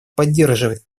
поддерживать